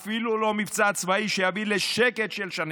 אפילו לא מבצע צבאי שיביא לשקט של שנים.